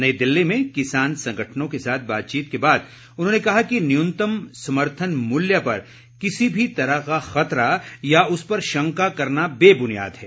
नई दिल्ली में किसान संगठनों के साथ बातचीत के बाद उन्होंने कहा कि न्यूनतम समर्थन मूल्य पर किसी भी तरह का खतरा या उस पर शंका करना बेबुनियाद है